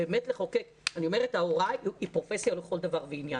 באמת לחוקק, ההוראה היא פרופסיה לכל דבר ועניין.